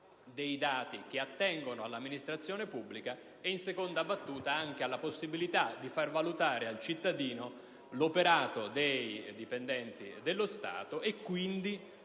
dei dati che attengono all'amministrazione pubblica e, in seconda battuta, alla possibilità di far valutare al cittadino l'operato dei dipendenti dello Stato e quindi,